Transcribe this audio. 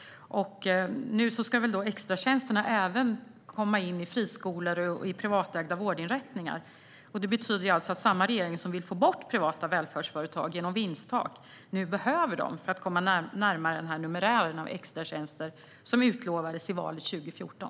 Nu ska extratjänsterna komma in även i friskolor och i privatägda vårdinrättningar. Det betyder att samma regering som genom vinsttak vill få bort privata välfärdsföretag nu behöver dem för att komma närmare numerären av extratjänster som utlovades inför valet 2014.